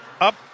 up